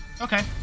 Okay